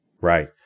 Right